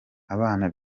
abana